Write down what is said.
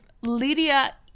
Lydia